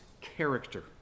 character